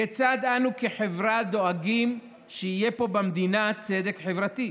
כיצד אנו כחברה דואגים שיהיה פה במדינה צדק חברתי?